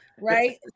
right